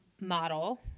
model